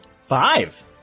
Five